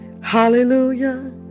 Hallelujah